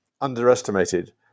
underestimated